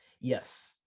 Yes